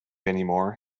anymore